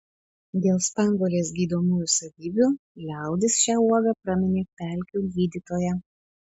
dėl spanguolės gydomųjų savybių liaudis šią uogą praminė pelkių gydytoja